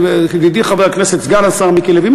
ידידי חבר הכנסת וסגן השר מיקי לוי,